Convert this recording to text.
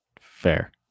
Fair